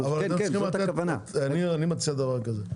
אני מציע דבר כזה,